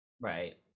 Right